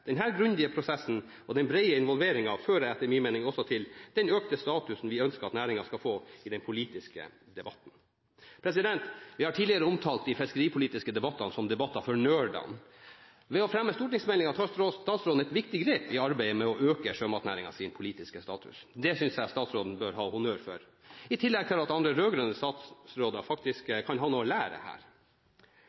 den brede involveringen fører etter min mening også til den økte statusen vi ønsker næringen skal få i den politiske debatten. Vi har tidligere omtalt de fiskeripolitiske debattene som debatter for nerdene. Ved å fremme stortingsmeldingen tar statsråden et viktig grep i arbeidet med å øke sjømatnæringens politiske status. Det synes jeg statsråden bør ha honnør for, i tillegg til at andre rød-grønne statsråder faktisk kan ha noe å lære her.